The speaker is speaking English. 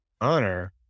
honor